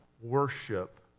worship